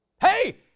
Hey